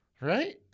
right